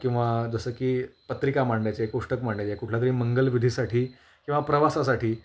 किंवा जसं की पत्रिका मांडायचे कोष्टक मांडायचे कुठला तरी मंगल विधीसाठी किंवा प्रवासासाठी